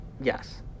Yes